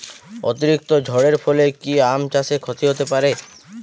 অতিরিক্ত ঝড়ের ফলে কি আম চাষে ক্ষতি হতে পারে?